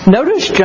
Notice